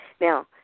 Now